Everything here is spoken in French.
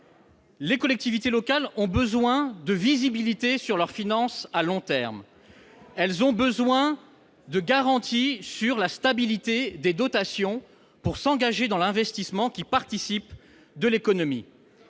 Les collectivités locales ont besoin de visibilité sur leurs finances à long terme ; elles ont besoin de garanties sur la stabilité des dotations pour s'engager à investir. Les baisses unilatérales